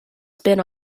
spin